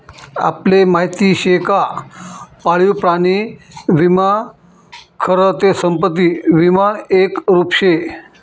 आपले माहिती शे का पाळीव प्राणी विमा खरं ते संपत्ती विमानं एक रुप शे